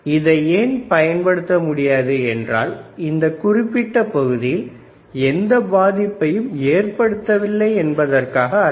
இதை ஏன் பயன்படுத்த முடியாது என்றால் இந்த குறிப்பிட்ட பகுதியில் எந்த பாதிப்பையும் ஏற்படுத்தவில்லை என்பதற்காக அல்ல